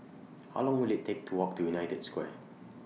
How Long Will IT Take to Walk to United Square